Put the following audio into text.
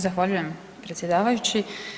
Zahvaljujem predsjedavajući.